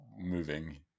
moving